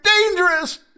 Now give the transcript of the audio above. dangerous